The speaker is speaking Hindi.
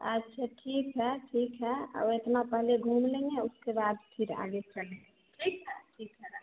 अच्छा ठीक है ठीक है और इतना पहले घूम लेंगे उसके बाद फिर आगे चलें ठीक है ठीक है रख